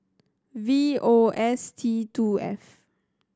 V O S T two F